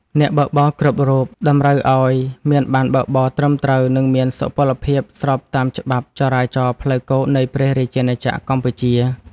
អ្នកបើកបរគ្រប់រូបតម្រូវឱ្យមានប័ណ្ណបើកបរត្រឹមត្រូវ និងមានសុពលភាពស្របតាមច្បាប់ចរាចរណ៍ផ្លូវគោកនៃព្រះរាជាណាចក្រកម្ពុជា។